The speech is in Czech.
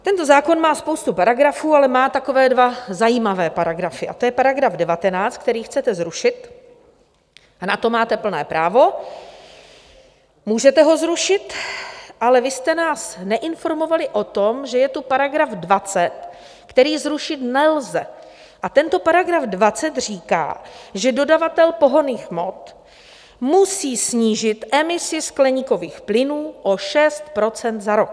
Tento zákon má spoustu paragrafů, ale má takové dva zajímavé paragrafy, a to je § 19, který chcete zrušit a na to máte plné právo, můžete ho zrušit, ale vy jste nás neinformovali o tom, že je tu § 20, který zrušit nelze, a tento § 20 říká, že dodavatel pohonných hmot musí snížit emisi skleníkových plynů o 6 % za rok.